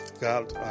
God